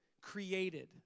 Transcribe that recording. Created